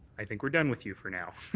i think we're done with you for now.